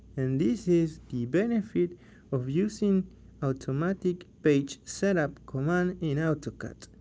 and this is the benefit of using automatic page setup command in autocad.